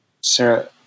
Sarah